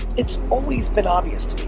it's always been obvious to